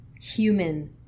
human